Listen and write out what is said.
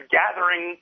gathering